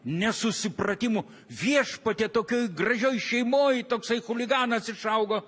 nesusipratimų viešpatie tokioj gražioj šeimoj toksai chuliganas išaugo